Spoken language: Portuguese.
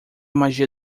magia